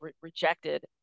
rejected